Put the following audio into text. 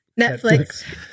Netflix